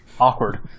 Awkward